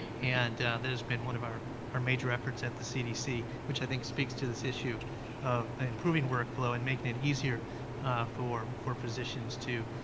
and that has been one of our our major efforts at the cdc, which i think speaks to this issue of improving workflow and making it easier for for physicians to